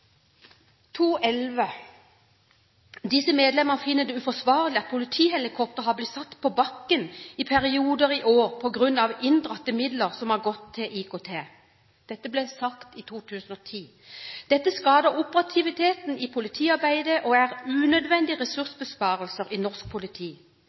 finner det uforsvarlig at politihelikopteret har blitt satt på bakken i perioder i år på grunn av inndratte midler som har gått til IKT.» Dette ble sagt i 2010. Og videre: «Dette skader operativiteten i politiarbeidet og er unødvendige